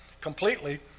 completely